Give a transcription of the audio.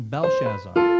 Belshazzar